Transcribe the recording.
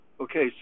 okay